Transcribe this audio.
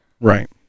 Right